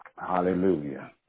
Hallelujah